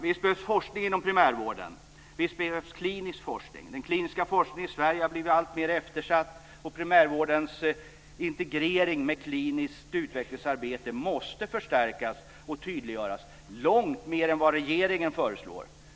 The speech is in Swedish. Visst behövs forskning inom primärvården, och visst behövs klinisk forskning. Den kliniska forskningen i Sverige har blivit alltmer eftersatt. Primärvårdens integrering med kliniskt utvecklingsarbete måste förstärkas och tydliggöras långt mer än vad regeringen föreslår.